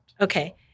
Okay